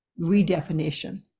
redefinition